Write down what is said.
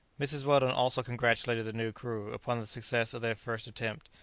mrs. weldon also congratulated the new crew upon the success of their first attempt.